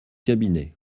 cabinet